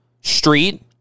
Street